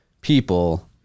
people